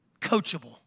coachable